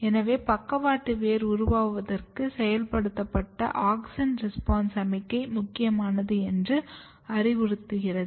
எனவே பக்கவாட்டு வேர் உருவாவதற்கு செயல்படுத்தப்பட்ட ஆக்ஸின் ரெஸ்பான்ஸ் சமிக்ஞை முக்கியமானது என்று இது அறிவுறுத்துகிறது